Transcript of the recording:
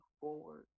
forward